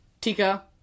Tika